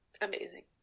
amazing